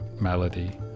melody